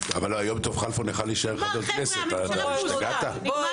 היו"ר מירב בן ארי (יו"ר ועדת ביטחון הפנים): ניסינו.